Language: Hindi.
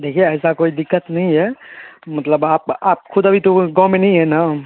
देखिए ऐसा कोई दिक्कत नहीं है मतलब आप आप ख़ुद अभी तो गाँव में नहीं है ना